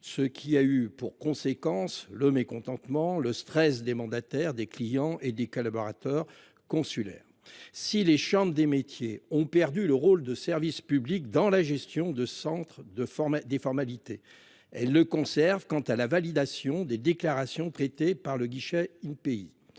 Ce qui a eu pour conséquence le mécontentement le stress des mandataires des clients et des collaborateurs consulaire. Si les chambres des métiers ont perdu le rôle de service public dans la gestion de centres de former des formalités. Elle le conserve quant à la validation des déclarations prêtées par le guichet il